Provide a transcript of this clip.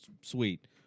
sweet